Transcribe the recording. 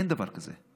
אין דבר כזה.